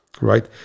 right